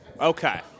Okay